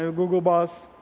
ah google bus,